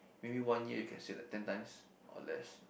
maybe one year you can say like ten times or less